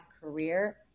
career